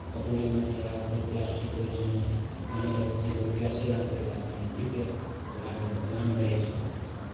कटोरीमे या कोइ प्लास्टिकके कोइ चीजमे पानि राखि दै छियै कभी प्यासे लागतै तऽ अपन पीतै उएहपर उएहमे रहै छै ओ